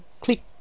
click